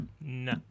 No